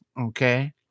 okay